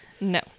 no